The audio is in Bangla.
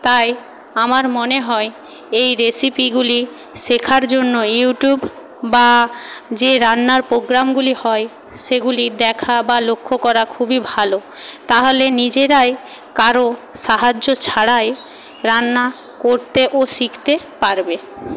তাই আমার মনে হয় এই রেসিপিগুলি শেখার জন্য ইউটিউব বা যে রান্নার পোগ্রামগুলি হয় সেগুলি দেখা বা লক্ষ্য করা খুবই ভালো তাহলে নিজেরাই কারো সাহায্য ছাড়াই রান্না করতে ও শিখতে পারবে